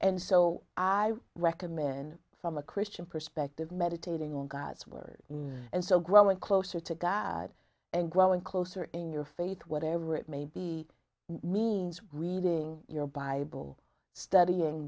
and so i recommend from a christian perspective meditating on god's word and so growing closer to god and growing closer in your faith whatever it may be means reading your bible studying